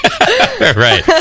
Right